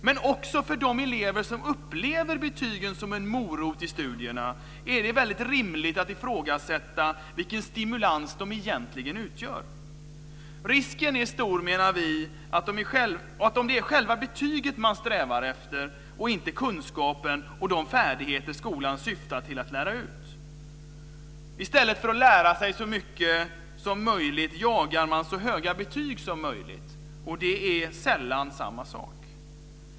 Men också för de elever som upplever betygen som en morot i studierna är det rimligt att ifrågasätta vilken stimulans de egentligen utgör. Risken är stor, menar vi, att det är själva betyget man strävar efter, inte den kunskap och de färdigheter som skolan syftar till att lära ut. I stället för att lära sig så mycket som möjligt jagar man så höga betyg som möjligt, och det är sällan samma sak.